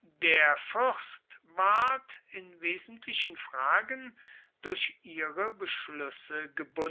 der fürst ward in wesentlichen fragen durch ihre beschlüsse